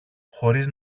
χωρίς